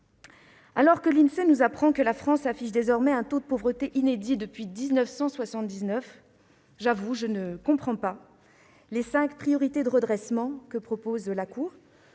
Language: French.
Alors que l'Insee nous apprend que la France affiche désormais un taux de pauvreté inédit depuis 1979, j'avoue ne pas comprendre les cinq priorités de redressement proposées par la Cour